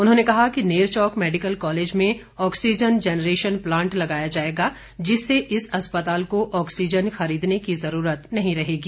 उन्होंने कहा कि नेरचौक मैडिकल कॉलेज में ऑक्सीजन जैनरेशन प्लांट लगाया जाएगा जिससे इस अस्पताल को ऑक्सीजन खरीदने की ज़रूरत नहीं रहेगी